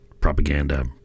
propaganda